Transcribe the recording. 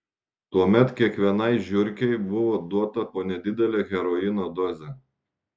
tuomet kiekvienai žiurkei buvo duota po nedidelę heroino dozę